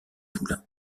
poulain